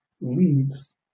leads